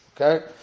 Okay